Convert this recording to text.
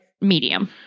medium